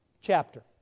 chapter